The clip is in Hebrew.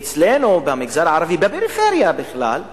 אצלנו במגזר הערבי, בפריפריה בכלל,